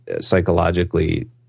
psychologically